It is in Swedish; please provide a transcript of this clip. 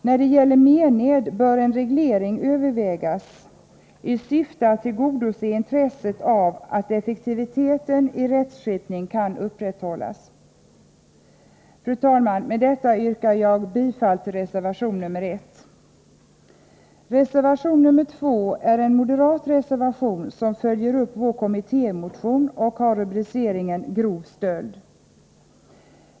När det gäller mened bör en reglering övervägas i syfte att tillgodose intresset av att effektiviteten i rättsskipning kan upprätthållas. Fru talman! Med detta yrkar jag bifall till reservation nr 1. Reservation nr 2 är en moderatreservation som följer upp vår kommittémotion under rubriken Grov stöld.